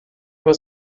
was